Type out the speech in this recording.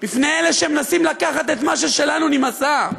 בפני אלה שמנסים לקחת את מה ששלנו, נמאסה.